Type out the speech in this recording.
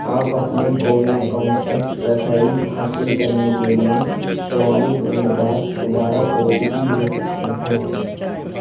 آپ اپنے کوون اکاؤنٹ تک رسائی حاصل کرنے کے لیے چوالیس منٹ بعد دوبارہ او ٹی پی بھیج سکتے ہیں